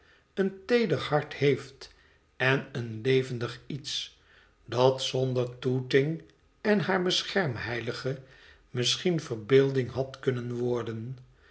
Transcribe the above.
een teeder hart heeft en een levendig iets dat zonder tooting en haar beschermheilige misschien verbeelding had kunnen worden